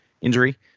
injury